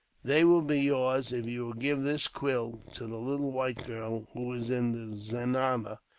they will be yours, if you will give this quill to the little white girl, who is in the zenana.